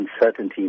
uncertainty